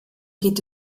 geht